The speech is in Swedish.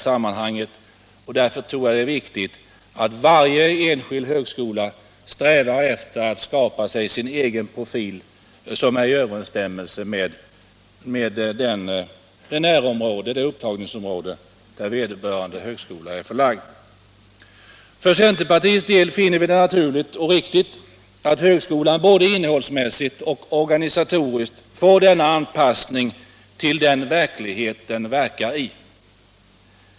Jag tror därför att det är viktigt att varje enskild högskola strävar efter att skapa sig en egen profil som står i överensstämmelse med det upptagningsområde där vederbörande högskola ligger. För centerpartiets del finner vi det naturligt och riktigt att högskolan både innehållsmässigt och organisatoriskt får denna anpassning till den verklighet den verkar i.